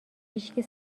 هیشکی